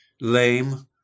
lame